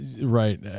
right